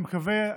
אני מקווה,